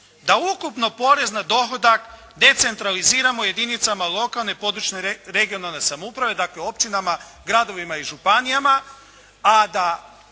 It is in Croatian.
da ukupno porez na dohodak decentraliziramo jedinicama lokalne, područne (regionalne) samouprave, dakle općinama, gradovima i županijama, a da